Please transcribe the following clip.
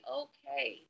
okay